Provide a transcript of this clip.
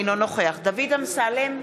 אינו נוכח דוד אמסלם,